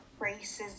racism